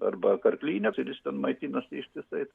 arba karklyne jis ten maitinasi ištisai